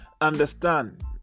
Understand